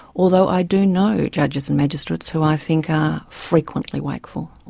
although i do know judges and magistrates who i think are frequently wakeful.